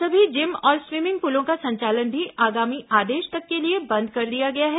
सभी जिम और स्वीमिंग पुलों का संचालन भी आगामी आदेश तक के लिए बंद कर दिया गया है